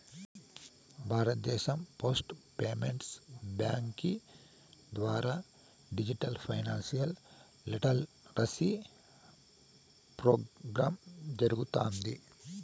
భారతదేశం post payments బ్యాంకీ ద్వారా డిజిటల్ ఫైనాన్షియల్ లిటరసీ ప్రోగ్రామ్ జరగతాంది